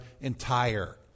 entire